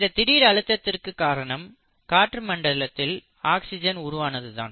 இந்த திடீர் அழுத்தத்திற்கு காரணம் காற்று மண்டலத்தில் ஆக்சிஜன் உருவானது தான்